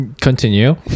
Continue